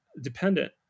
dependent